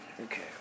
Okay